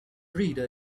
reader